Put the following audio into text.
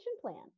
plan